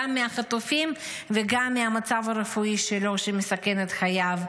גם מהחוטפים וגם מהמצב הרפואי שלו שמסכן את חייו.